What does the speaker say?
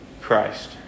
Christ